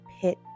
pit